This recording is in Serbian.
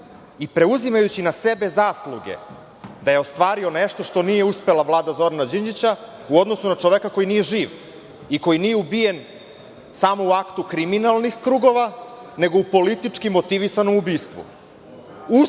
i preuzimajući na sebe zasluge da je ostvario nešto što nije uspela Vlada Zorana Đinđića, u odnosu na čoveka koji nije živ, i koji nije ubijen samo u aktu kriminalnih krugova, nego u politički motivisanom ubistvu. Usput,